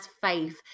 faith